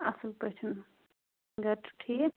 اَصٕل پٲٹھۍ گَرِ چھُو ٹھیٖک